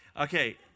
Okay